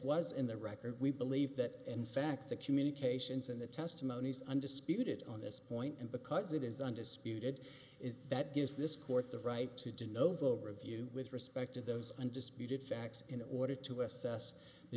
was in the record we believe that in fact the communications and the testimonies undisputed on this point and because it is undisputed that gives this court the right to denote the overview with respect to those undisputed facts in order to assess the